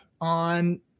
on